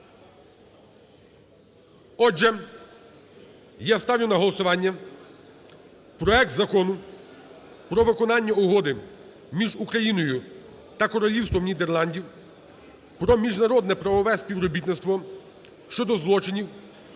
Отже, я ставлю на голосування проект Закону про виконання Угоди між Україною та Королівством Нідерландів про міжнародне правове співробітництво щодо злочинів,